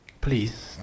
Please